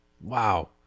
Wow